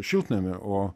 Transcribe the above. šiltnamio o